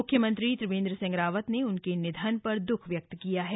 मुख्यमंत्री त्रिवेन्द्र सिंह रावत ने उनके निधन पर दृःख व्यक्त किया है